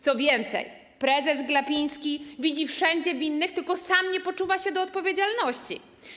Co więcej, prezes Glapiński wszędzie widzi winnych, tylko sam nie poczuwa się do odpowiedzialności.